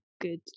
good